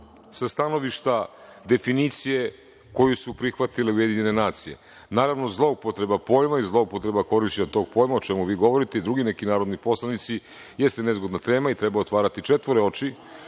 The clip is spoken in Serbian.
sa stanovišta definicije koju su prihvatile UN. Naravno, zloupotreba pojma i zloupotreba korišćenja tog pojma, o čemu vi govorite i drugi neki narodni poslanici, jeste nezgodna tema i treba otvarati četvore oči